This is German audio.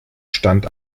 stand